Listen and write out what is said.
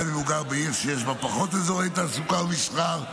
גם אם הוא גר בעיר שיש בה פחות אזורי תעסוקה או מסחר,